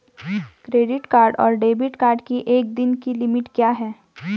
Credit card और debit card की एक दिन की लिमिट क्या है?